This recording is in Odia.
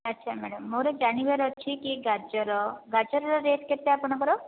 ଆଚ୍ଛା ମ୍ୟାଡ଼ାମ ମୋର ଜାଣିବାର ଅଛି କି ଗାଜର ଗାଜରର ରେଟ କେତେ ଆପଣଙ୍କର